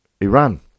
Iran